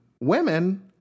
women